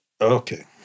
Okay